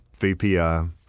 VPI